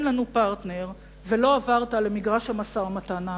לנו פרטנר ולא עברת למגרש המשא-ומתן האמיתי.